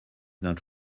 not